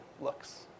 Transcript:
looks